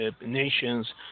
nations